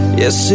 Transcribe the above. yes